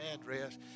address